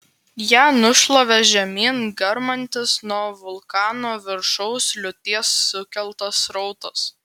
ją nušlavė žemyn garmantis nuo vulkano viršaus liūties sukeltas srautas